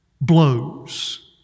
blows